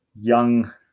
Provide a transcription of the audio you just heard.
young